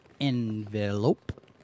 envelope